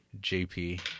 JP